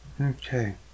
Okay